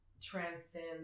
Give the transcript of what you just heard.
transcend